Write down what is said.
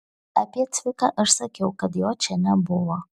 apie cviką aš sakiau kad jo čia nebuvo